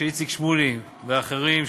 איציק שמולי ואחרים,